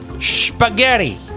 Spaghetti